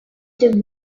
dem